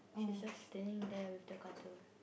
she's just standing there with the cutter